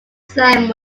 same